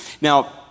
Now